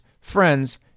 friends